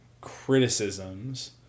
criticisms